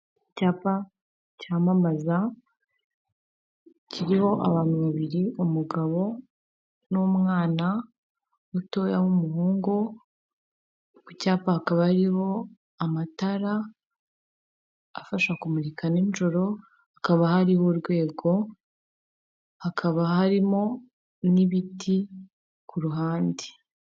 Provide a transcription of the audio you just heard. Icyapa cyamamaza kiriho abantu babiri umugabo n'umwana mutoya w'umuhungu, ku cyapa hakaba hariho amatara afasha kumurika ninjoro, hakaba hariho urwego, hakaba harimo n'ibiti ku ruhande.